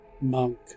Monk